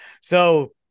So-